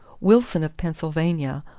wilson of pennsylvania,